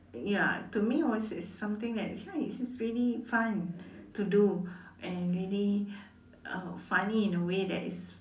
ya to me was something that's ya it's really fun to do and really uh funny in a way that is